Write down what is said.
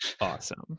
awesome